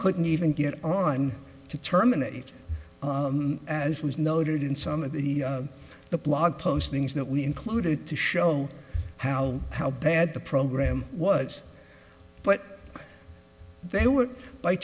couldn't even get online to terminate as was noted in some of the the blog postings that we included to show how how bad the program was but they were by